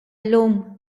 llum